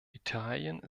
italien